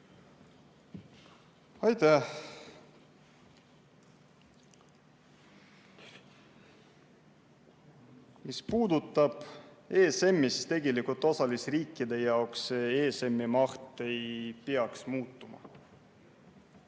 Aitäh! Mis puudutab ESM‑i, siis tegelikult osalisriikide jaoks ESM‑i maht ei peaks muutuma.